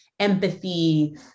empathy